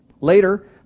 Later